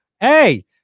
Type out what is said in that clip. Hey